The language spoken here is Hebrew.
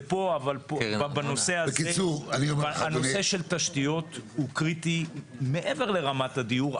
הנושא של תשתיות הוא קריטי מעבר לרמת הדיור,